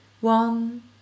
one